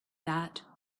that